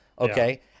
okay